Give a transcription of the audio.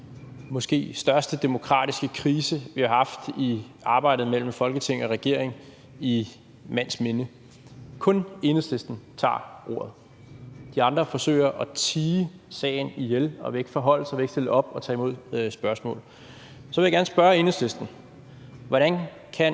måske største demokratiske krise, vi har haft i samarbejdet mellem Folketing og regering i mands minde. Kun Enhedslisten tager ordet – de andre partier forsøger at tie sagen ihjel og vil ikke forholde sig og stille op og svare på spørgsmål. Så vil jeg gerne spørge Enhedslistens ordfører: